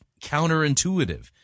counterintuitive